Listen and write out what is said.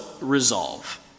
resolve